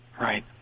Right